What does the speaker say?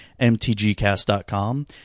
Mtgcast.com